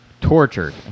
Tortured